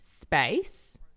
space